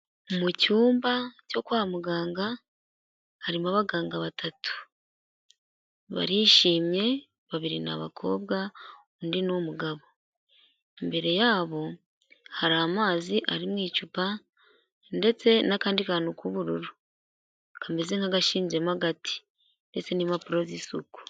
Mu cyumba cyo kwa muganga harimo abaganga batatu, barishimye, babiri ni abakobwa, undi ni umugabo, imbere yabo hari amazi ari mu icupa, ndetse n'akandi kantu k'ubururu kameze nk'agashinzemo agati, ndetse n'impapuro z'isuku.